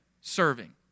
Serving